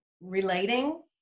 relating